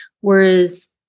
Whereas